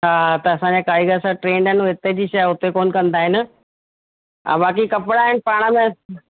हा त असांजा कारीगर सभु ट्रेंड आहिनि हू हिते जी शइ हुते कोन्ह कंदा आहिनि हा बाक़ी कपिड़ा आहिनि पाण में